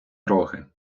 роги